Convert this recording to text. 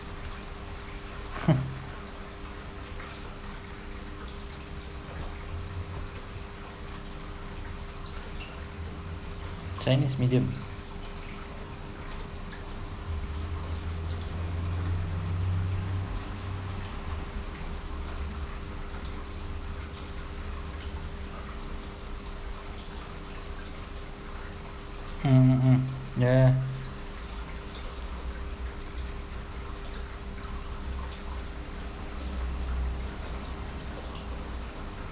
chinese medium mm mm ya ya